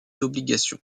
obligations